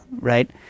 right